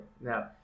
Now